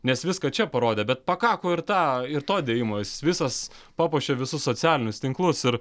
nes viską čia parodė bet pakako ir tą ir to dėjimo jis visas papuošė visus socialinius tinklus ir